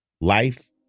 life